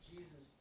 Jesus